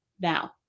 now